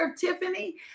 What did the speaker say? Tiffany